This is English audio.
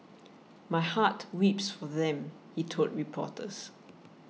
my heart weeps for them he told reporters